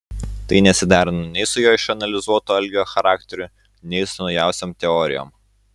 tai nesiderino nei su jo išanalizuotu algio charakteriu nei su naujausiom teorijom